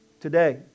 Today